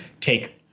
take